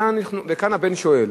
וכאן הבן שואל: